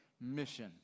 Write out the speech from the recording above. mission